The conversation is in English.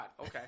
okay